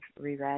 reread